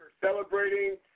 celebrating